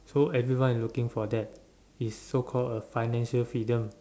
so everyone is looking for that is so called a financial freedom